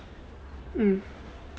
mm